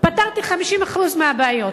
פתרתי 50% מהבעיות.